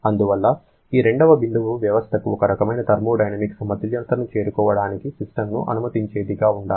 అందువల్ల ఈ 2 వ బిందువు వ్యవస్థకు ఒక రకమైన థర్మోడైనమిక్ సమతుల్యతను చేరుకోవడానికి సిస్టమ్ను అనుమతించేదిగా ఉండాలి